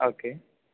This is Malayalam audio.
ഓക്കെ